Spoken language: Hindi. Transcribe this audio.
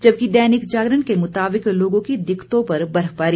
जबकि दैनिक जागरण के मुताबिक लोगों की दिक्कतों पर बर्फबारी